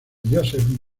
joseph